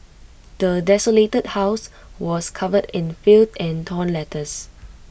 the desolated house was covered in filth and torn letters